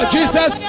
Jesus